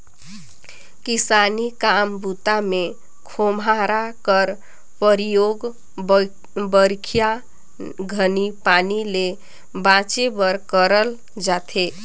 किसानी काम बूता मे खोम्हरा कर परियोग बरिखा घनी पानी ले बाचे बर करल जाथे